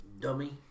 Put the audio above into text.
Dummy